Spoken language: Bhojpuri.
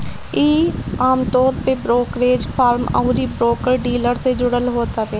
इ आमतौर पे ब्रोकरेज फर्म अउरी ब्रोकर डीलर से जुड़ल होत हवे